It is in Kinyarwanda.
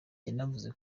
yanavuze